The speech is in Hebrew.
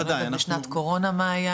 ובשנת קורונה מה היה?